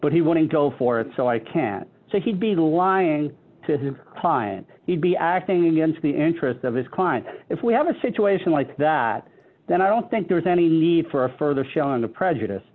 but he won't go for it so i can't say he'd be lying to his client he'd be acting against the interest of his client if we have a situation like that then i don't think there's any need for a further showing of prejudice